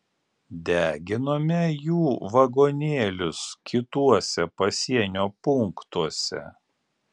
deginome jų vagonėlius kituose pasienio punktuose